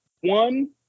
one